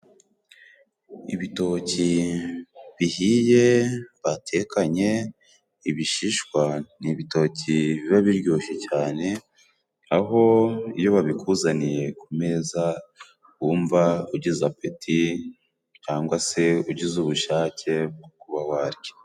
Ibitoki bihiye batekanye ibishishwa ni ibitoki biba biryoshye cyane aho iyo babikuzaniye ku meza wumva ugize apeti cyangwa se ugize ubushake bwo kuba warya